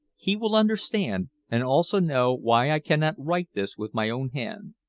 he will understand and also know why i cannot write this with my own hand.